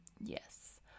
Yes